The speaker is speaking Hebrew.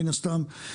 מן הסתם,